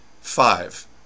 Five